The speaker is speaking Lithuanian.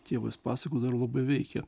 tėvas pasakojo dar labai veikia